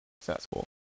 successful